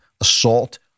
assault